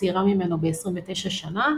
הצעירה ממנו ב-29 שנה,